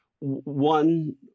one